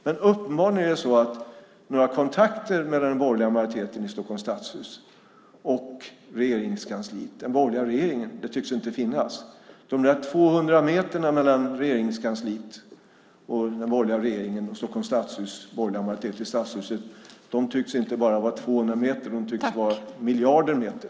Men uppenbarligen är det så att några kontakter mellan den borgerliga majoriteten i Stockholms stadshus samt Regeringskansliet och den borgerliga regeringen inte tycks finnas. De där 200 meterna mellan Regeringskansliet och den borgerliga regeringen och den borgerliga majoriteten i Stockholms stadshus tycks vara miljarder meter.